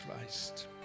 Christ